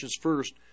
first